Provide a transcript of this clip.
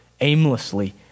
aimlessly